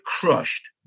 crushed